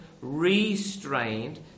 restrained